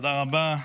תודה רבה.